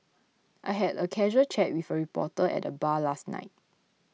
I had a casual chat with a reporter at the bar last night